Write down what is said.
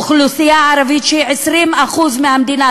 אוכלוסייה ערבית שהיא 20% מהמדינה.